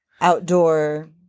outdoor